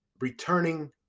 returning